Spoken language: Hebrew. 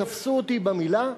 תפסו אותי במלה,